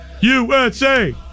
USA